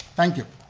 thank you.